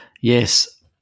Yes